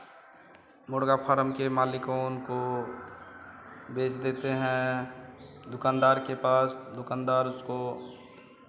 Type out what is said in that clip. मुर्गा फारम के मालिकों उनको बेच देते हैं दुकानदार के पास दुकानदार उसको